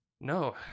No